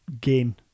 gain